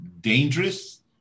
dangerous